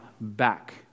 back